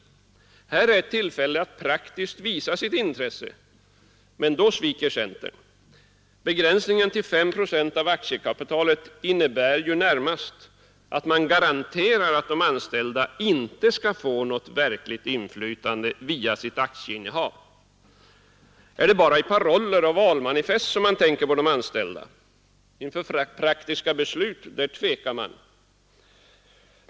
Här är ett tillfälle att 53 praktiskt visa sitt intresse, men då sviker centern. Begränsningen till 5 procent av aktiekapitalet innebär ju närmast att man garanterar att de anställda icke skall få något verkligt inflytande via sitt aktieinnehav. Är det bara i paroller och valmanifest som man tänker på de anställda? Inför praktiska beslut där tvekar man.